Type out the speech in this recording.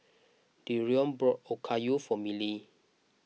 Dereon bought Okayu for Miley